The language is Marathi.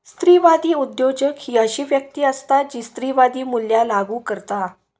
स्त्रीवादी उद्योजक ही अशी व्यक्ती असता जी स्त्रीवादी मूल्या लागू करता